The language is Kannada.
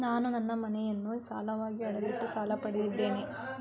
ನಾನು ನನ್ನ ಮನೆಯನ್ನು ಸಾಲವಾಗಿ ಅಡವಿಟ್ಟು ಸಾಲ ಪಡೆದಿದ್ದೇನೆ